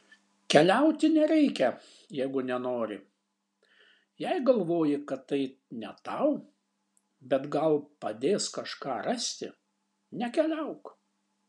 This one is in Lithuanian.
keliauti nereikia jeigu nenori jei galvoji kad tai ne tau bet gal padės kažką rasti nekeliauk